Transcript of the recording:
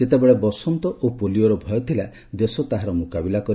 ଯେତେବେଳେ ବସ' ଓ ପୋଲିଓର ଭୟ ଥିଲା ଦେଶ ତାହାର ମୁକାବିଲା କରିଛି